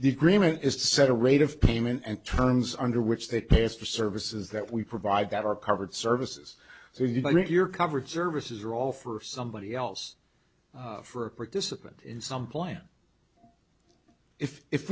the agreement is to set a rate of payment and terms under which they test the services that we provide that are covered services so you think you're covered services are all for somebody else for a participant in some plan if if